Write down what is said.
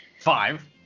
five